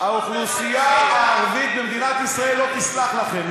האוכלוסייה הערבית במדינת ישראל לא תסלח לכם.